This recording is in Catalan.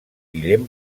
guillem